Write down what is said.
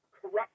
Corrupt